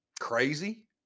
crazy